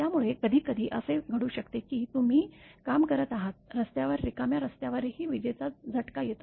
त्यामुळे कधीकधी असे घडू शकते की तुम्ही काम करत आहात रस्त्यावर रिकाम्या स्त्यावरही विजेचा झटका येतो